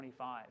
25